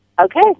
Okay